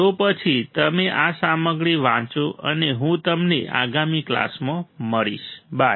તો પછી તમે આ સામગ્રી વાંચો અને હું તમને આગામી ક્લાસમાં મળીશ બાય